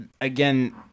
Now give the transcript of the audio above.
again